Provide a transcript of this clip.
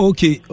Okay